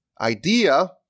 idea